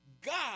God